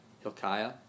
Hilkiah